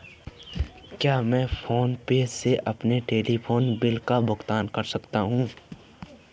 क्या मैं PhonePe से अपने टेलीफोन बिल का भुगतान कर सकता हूँ?